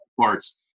parts